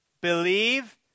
Believe